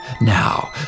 Now